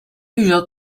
يوجد